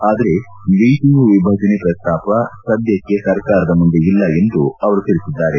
ಆದರೆ ವಿಟಿಯು ವಿಭಜನೆ ಪ್ರಸ್ತಾವ ಸದ್ಯಕ್ಷೆ ಸರ್ಕಾರದ ಮುಂದೆ ಇಲ್ಲ ಎಂದು ಅವರು ತಿಳಿಸಿದ್ದಾರೆ